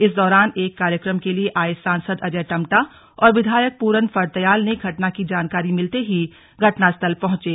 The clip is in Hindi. इस दौरान एक कार्यक्रम के लिए आए सांसद अजय टम्टा और विधायक प्रन फर्तयाल ने घटना की जानकारी मिलते ही घटनास्थल पहंचे